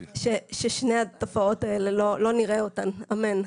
כששתי התופעות האלה, לא נראה אותן, אמן.